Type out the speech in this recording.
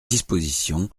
disposition